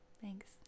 Thanks